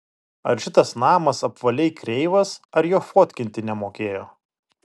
ar šitas namas apvaliai kreivas ar jo fotkinti nemokėjo